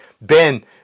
Ben